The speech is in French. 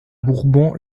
bourbon